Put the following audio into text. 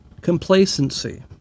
Complacency